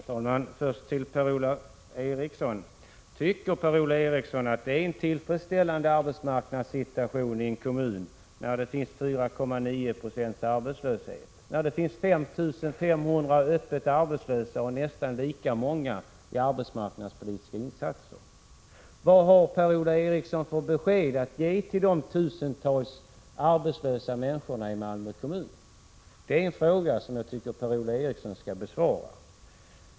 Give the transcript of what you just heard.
Herr talman! Först några ord till Per-Ola Eriksson. Tycker Per-Ola Eriksson att det är en tillfredsställande arbetsmarknadssituation i en kommun när det finns 4,9 20 arbetslöshet, när det finns 5 500 öppet arbetslösa och nästan lika många i arbetsmarknadspolitiska insatser? Vad har Per-Ola Eriksson för besked att ge de tusentals arbetslösa människorna i Malmö kommun? Det är en fråga som jag tycker Per-Ola Eriksson skall besvara.